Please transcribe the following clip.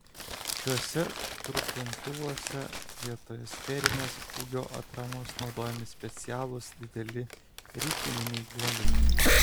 šiuose trupintuvuose vietoje sferinės kūgio atramos naudojami specialūs dideli ritininiai guoliai